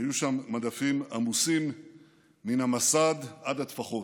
היו שם מדפים עמוסים מן המסד ועד הטפחות.